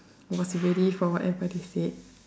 was ready for whatever they said